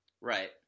Right